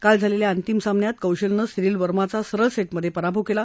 काल झालेल्या अंतिम सामन्यात कौशलनं सिरील वर्माचा सरळ सेटमध्ये पराभव केला